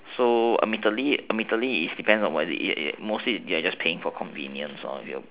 so ultimately ultimately it depends on mostly you're just paying for convenience